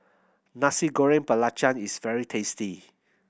Nasi Goreng Belacan is very tasty